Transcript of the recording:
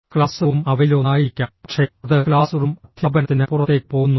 class room അവയിലൊന്നായിരിക്കാം പക്ഷേ അത് ക്ലാസ് റൂം അധ്യാപനത്തിനപ്പുറത്തേക്ക് പോകുന്നു